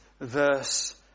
verse